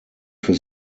für